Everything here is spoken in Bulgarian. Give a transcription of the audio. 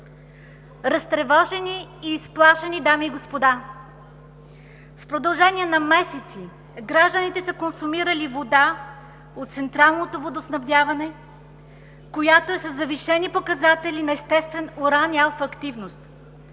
Разтревожени и изплашени, дами и господа! В продължение на месеци гражданите са консумирали вода от централното водоснабдяване, която е със завишени показатели на естествен уран и алфа активност.